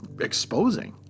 exposing